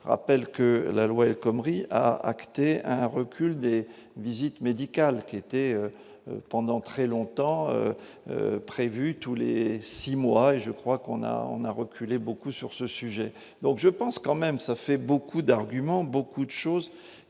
rappelle que la loi elle Comrie a acté un recul des visites médicales, qui a été pendant très longtemps prévu tous les 6 mois et je crois qu'on a, on a reculé beaucoup sur ce sujet, donc je pense quand même, ça fait beaucoup d'arguments beaucoup d'choses